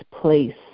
place